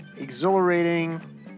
exhilarating